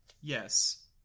yes